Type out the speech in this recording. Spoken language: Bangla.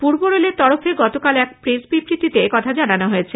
পূর্ব রেলের তরফে গতকাল এক প্রেস বিবৃতিতে একথা জানানো হয়েছে